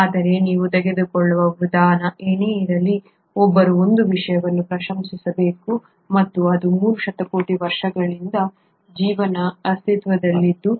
ಆದರೆ ನೀವು ತೆಗೆದುಕೊಳ್ಳುವ ವಿಧಾನ ಏನೇ ಇರಲಿ ಒಬ್ಬರು ಒಂದು ವಿಷಯವನ್ನು ಪ್ರಶಂಸಿಸಬೇಕು ಮತ್ತು ಅದು 3 ಶತಕೋಟಿ ವರ್ಷಗಳಿಂದ ಜೀವನ ಅಸ್ತಿತ್ವದಲ್ಲಿದೆ